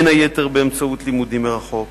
בין היתר באמצעות לימודים מרחוק,